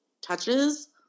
touches